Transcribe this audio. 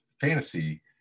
fantasy